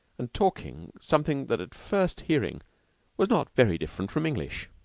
and talking something that at first hearing was not very different from english.